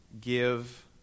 give